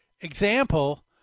example